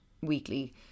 weekly